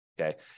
okay